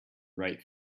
right